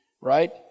right